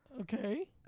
Okay